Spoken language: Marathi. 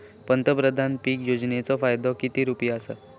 पंतप्रधान पीक योजनेचो फायदो किती रुपये आसा?